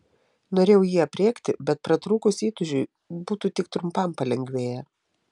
norėjau jį aprėkti bet pratrūkus įtūžiui būtų tik trumpam palengvėję